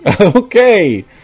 Okay